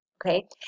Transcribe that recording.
Okay